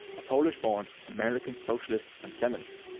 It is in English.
a polish-born american socialist and feminist.